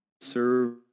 serve